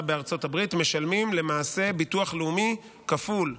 בארצות הברית משלמים למעשה ביטוח לאומי כפול ומכופל.